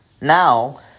Now